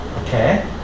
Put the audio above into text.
okay